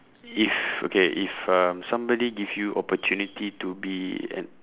if okay if uh somebody give you opportunity to be an